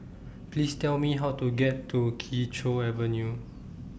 Please Tell Me How to get to Kee Choe Avenue